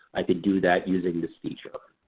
i could do that using this feature.